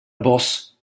boss